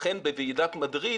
לכן בוועידת מדריד